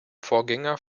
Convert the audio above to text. vorgänger